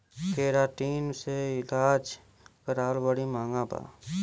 keratin से इलाज करावल बड़ी महँगा बा